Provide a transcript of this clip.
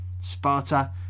Sparta